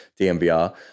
DMVR